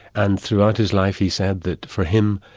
and throughout his life he said that for him,